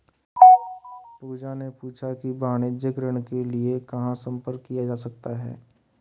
पूजा ने पूछा कि वाणिज्यिक ऋण के लिए कहाँ संपर्क किया जा सकता है?